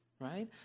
Right